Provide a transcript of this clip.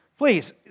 Please